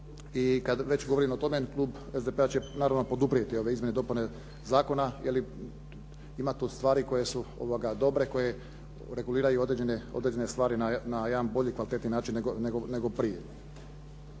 I kada već govorim o tome klub SDP-a će naravno poduprijeti ove izmjene i dopune zakona. Ima tu stvari koje su dobre koje reguliraju određene stvari na jedan bolji i kvalitetniji način nego prije.